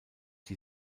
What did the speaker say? die